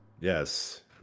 Yes